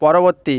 পরবর্তী